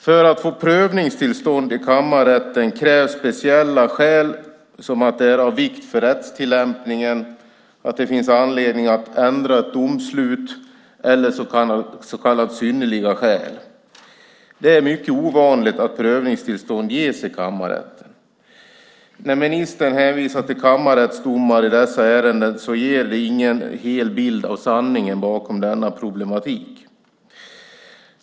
För att få prövningstillstånd i kammarrätten krävs det speciella skäl, såsom att det är av vikt för rättstillämpningen, att det finns anledning att ändra ett domslut eller att så kallade synnerliga skäl föreligger. Det är mycket ovanligt att prövningstillstånd ges i kammarrätten. När ministern i dessa ärenden hänvisar till kammarrättsdomar ges ingen hel bild av sanningen bakom problematiken.